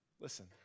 listen